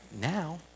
now